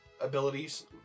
abilities